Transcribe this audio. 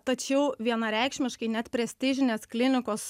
tačiau vienareikšmiškai net prestižinės klinikos